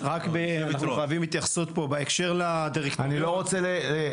חבר הכנסת מישרקי, אני לא רוצה לפרק את